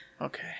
okay